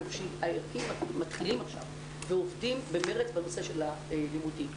הנפשי הערכי מתחילים עכשיו ועובדים במרץ על הנושא של הלימודים.